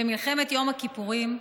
במלחמת יום הכיפורים,